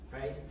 right